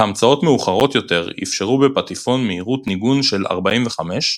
והמצאות מאוחרות יותר אפשרו בפטיפון מהירות ניגון של 45,